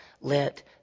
let